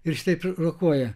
ir štaip rokuoja